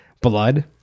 blood